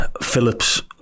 Phillips